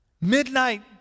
midnight